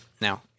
now